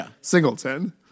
Singleton